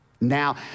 Now